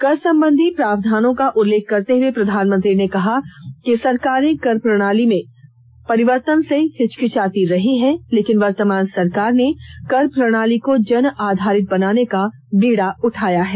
कर संबंधी प्रावधानों का उल्लेख करते हुए प्रधानमंत्री ने कहा कि सरकारें कर प्रणाली में परिवर्तन से हिचकिचाती रहीं हैं लेकिन वर्तमान सरकार ने कर प्रणाली को जन आधारित बनाने का बीडा उठाया है